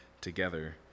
together